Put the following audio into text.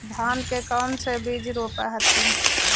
धनमा कौन सा बिजबा रोप हखिन?